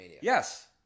Yes